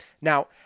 Now